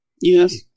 Yes